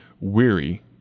weary